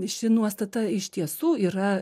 ši nuostata iš tiesų yra